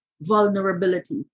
vulnerability